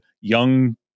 young